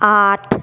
आठ